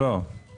לא, לא, לא.